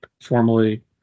formally